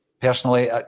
Personally